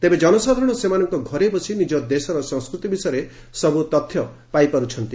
ତେବେ ଜନସାଧାରଣ ସେମାନଙ୍କ ଘରେ ବସି ନିଜ ଦେଶର ସଂସ୍କୃତି ବିଷୟରେ ସବୁ ତଥ୍ୟ ପାଇପାରୁଛନ୍ତି